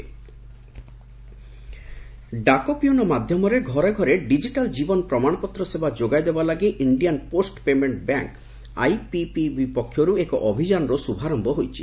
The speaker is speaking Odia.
ଆଇପିପିବି ଡାକ ପିଅନ ମାଧ୍ୟମରେ ଘରେ ଡିଜିଟାଲ୍ ଜୀବନ ପ୍ରମାଣପତ୍ର ସେବା ଯୋଗାଇ ଦେବା ଲାଗି Indian Post Payment Bank IPPB ପକ୍ଷରୁ ଏକ ଅଭିଯାନର ଶୁଭାରୟ ହୋଇଛି